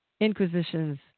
inquisitions